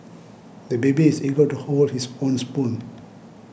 the baby is eager to hold his own spoon